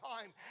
time